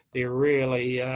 they're really.